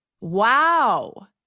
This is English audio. Wow